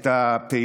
לפחות,